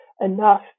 enough